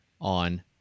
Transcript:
on